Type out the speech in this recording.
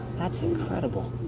that's incredible.